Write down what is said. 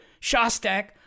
Shostak